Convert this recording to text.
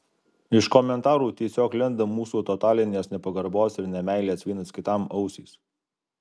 iš komentarų tiesiog lenda mūsų totalinės nepagarbos ir nemeilės vienas kitam ausys